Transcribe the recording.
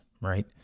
Right